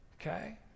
Okay